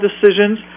decisions